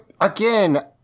again